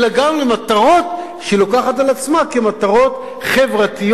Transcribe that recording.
אלא גם למטרות שהיא לוקחת על עצמה כמטרות חברתיות,